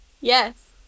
Yes